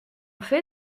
fais